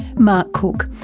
mark cook,